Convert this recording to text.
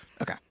Okay